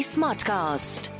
Smartcast